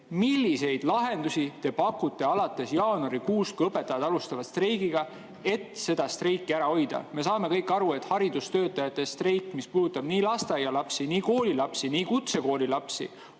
milliseid lahendusi te pakute alates jaanuarikuust, kui õpetajad alustavad streiki, et seda streiki ära hoida? Me saame kõik aru, et haridustöötajate streik, mis puudutab nii lasteaialapsi, koolilapsi kui ka kutsekoolilapsi,